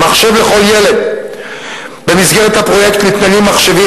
"מחשב לכל ילד" במסגרת הפרויקט ניתנים מחשבים